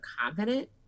confident